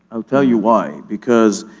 i'll tell you why. because,